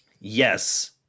yes